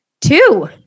two